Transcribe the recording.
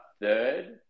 third